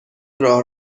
راه